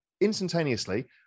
instantaneously